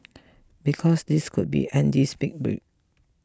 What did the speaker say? because this could be Andy's big break